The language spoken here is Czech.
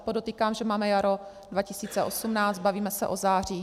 Podotýkám, že máme jaro 2018, bavíme se o září 2020.